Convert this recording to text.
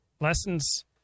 Lessons